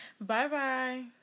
Bye-bye